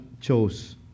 chose